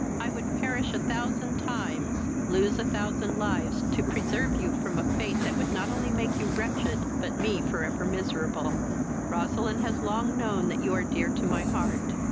i would perish a thousand times lose a thousand lives to preserve you from a fate that would not only make you wretched, but me for ever miserable roseline has long known that you are dear to my heart.